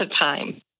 time